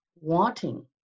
wanting